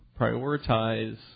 prioritize